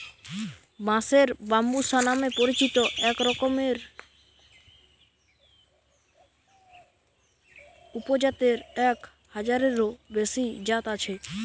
বাঁশের ব্যম্বুসা নামে পরিচিত একরকমের উপজাতের এক হাজারেরও বেশি জাত আছে